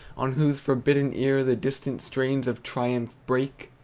on whose forbidden ear the distant strains of triumph break,